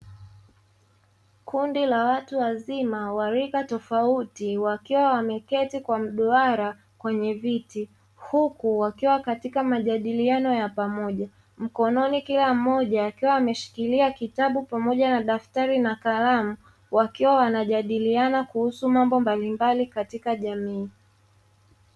Kundi la watu wazima wa rika tofauti wakiwa wameketi kwa mduara kwenye viti huku wakiwa katika majadiliano ya pamoja, mkononi kila mmoja akiwa ameshikilia kitabu pamoja na daftari na kalamu, wakiwa wanajadiliana kuhusu mambo mbalimbali katika jamii.